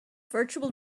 virtual